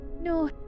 No